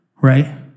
right